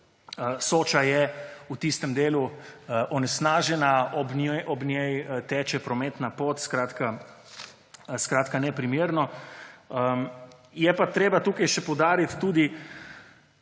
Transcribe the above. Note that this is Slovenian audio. Soča je v tistem delu onesnažena, ob njej teče prometna pot, skratka neprimerno. Je pa treba tukaj poudariti